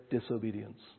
disobedience